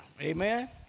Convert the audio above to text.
Amen